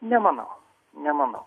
nemanau nemanau